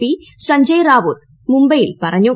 P Sanjay Raut മുംബൈയിൽ പറഞ്ഞു